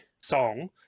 song